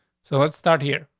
so let's start here.